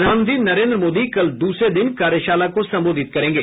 प्रधानमंत्री नरेन्द्र मोदी कल दूसरे दिन कार्यशाला को सम्बोधित करेंगे